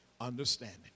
understanding